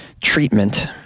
treatment